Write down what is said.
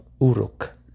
Uruk